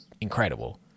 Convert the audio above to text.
incredible